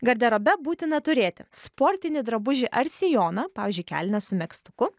garderobe būtina turėti sportinį drabužį ar sijoną pavyzdžiui kelnes su megztuku